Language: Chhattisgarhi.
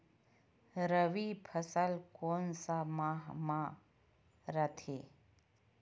रबी फसल कोन सा माह म रथे?